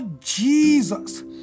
Jesus